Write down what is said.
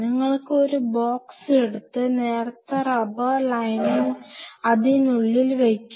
നിങ്ങൾക്ക് ഒരു ബോക്സ് എടുത്ത് നേർത്ത റബ്ബർ ലൈനിങ് അതിനുള്ളിൽ വെക്കാം